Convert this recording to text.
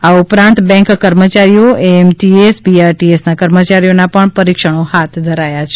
આ ઉપરાંત બેન્ક કર્મચારીઓ એએમટીએસ બીઆરટીએસના કર્મચારીઓના પણ પરીક્ષણો હાથ ધરાયા છે